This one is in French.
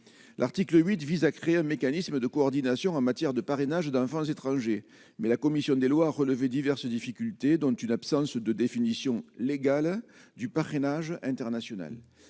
l'article 8 vise à créer un mécanisme de coordination en matière de parrainage d'enfants étrangers, mais la commission des lois relever diverses difficultés dont une absence de définition légale du parrainage international,